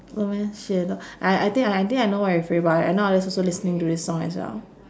no meh xue l~ I I I think I know you're referring about I I nowadays also listening to this song as well